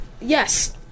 Yes